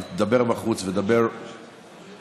אז דבר בחוץ, ודבר מעט.